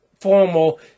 formal